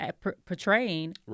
portraying